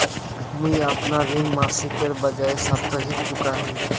मुईअपना ऋण मासिकेर बजाय साप्ताहिक चुका ही